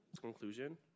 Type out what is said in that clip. Conclusion